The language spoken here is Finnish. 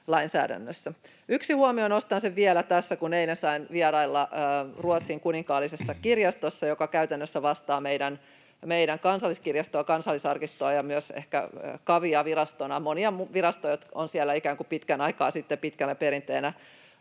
Yksi huomio, nostan sen tässä vielä, kun eilen sain vierailla Ruotsin kuninkaallisessa kirjastossa, joka käytännössä vastaa meidän Kansalliskirjastoa, Kansallisarkistoa ja ehkä myös KAVIa virastona — monia virastoja on siellä ikään kuin pitkän aikaa sitten pitkänä perinteenä